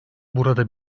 burada